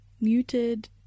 muted